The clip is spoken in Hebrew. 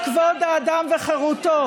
כהבעת דעה, לאחר תשובת השרה.